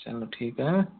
चलो ठीक है